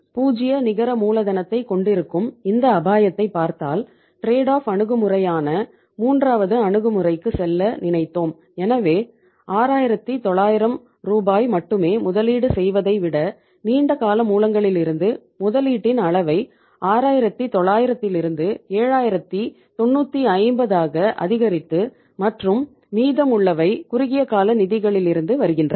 ஆகவே 0 நிகர மூலதனத்தைக் கொண்டிருக்கும் இந்த அபாயத்தைப் பார்த்தால் ட்ரேட் ஆஃப் அணுகுமுறையான மூன்றாவது அணுகுமுறைக்கு செல்ல நினைத்தோம் எனவே 6900 ரூபாயை மட்டுமே முதலீடு செய்வதை விட நீண்ட கால மூலங்களிலிருந்து முதலீட்டின் அளவை 6900த்திலிருந்து 7950ஆக அதிகரித்து மற்றும் மீதமுள்ளவை குறுகிய கால நிதிகளிலிருந்து வருகின்றன